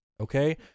okay